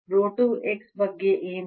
rho 2 x ಬಗ್ಗೆ ಏನು